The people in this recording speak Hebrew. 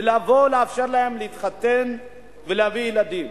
ולאפשר להן להתחתן ולהביא ילדים.